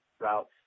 routes